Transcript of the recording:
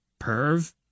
Perv